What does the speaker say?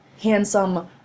handsome